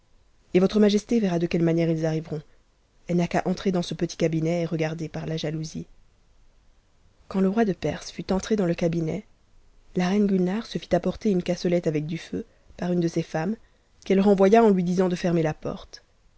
et votre majesté verra de quelle manière ils arriveront elle n'a qu'à entrer dans ce petit cabinet regarder par la jalousie quand le roi de perse fut entré dans le cabinet la reine gulnare se lit pporier une cassolette avec du feu par une de ses femmes qu'elle renvoya en lui disant de fermer la porte